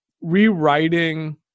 rewriting